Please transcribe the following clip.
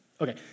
Okay